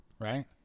Right